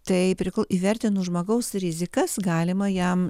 tai priklauso įvertinus žmogaus rizikas galima jam